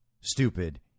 stupid